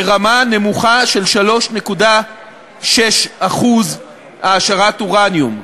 לרמה נמוכה, של 3.6% העשרת אורניום.